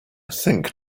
think